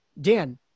Dan